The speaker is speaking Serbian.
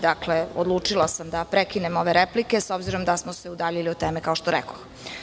Dakle, odlučila sam da prekinem ove replike, s obzirom da smo se udaljili od teme, kao što rekoh.